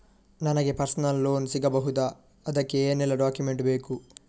ನನಗೆ personal loan ಸಿಗಬಹುದ ಅದಕ್ಕೆ ಏನೆಲ್ಲ ಡಾಕ್ಯುಮೆಂಟ್ ಬೇಕು?